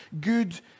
good